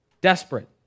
desperate